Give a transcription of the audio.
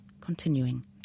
continuing